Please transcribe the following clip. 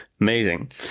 amazing